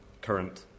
current